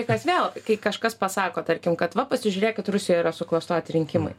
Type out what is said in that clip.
dalykas vėl kai kažkas pasako tarkim kad va pasižiūrėkit rusijoj yra suklastoti rinkimai